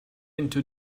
into